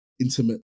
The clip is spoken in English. intimate